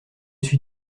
suis